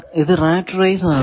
ഇത് rat race ആണ്